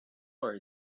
are